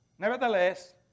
Nevertheless